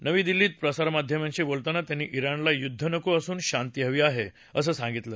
नवी दिल्लीत प्रसारमाध्यमाशी बोलताना त्यांनी विणला युद्ध नको असून शांती हवी आहे असं सांगितलं